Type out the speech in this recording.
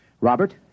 Robert